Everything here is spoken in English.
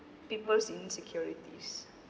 people's insecurities